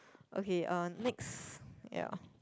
okay um next ya